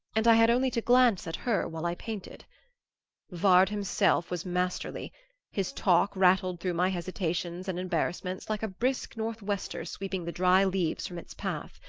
and i had only to glance at her while i painted vard himself was masterly his talk rattled through my hesitations and embarrassments like a brisk northwester sweeping the dry leaves from its path.